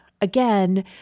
again